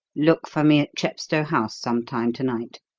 look for me at chepstow house some time to-night.